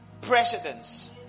presidents